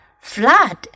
flood